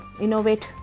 innovate